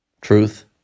Truth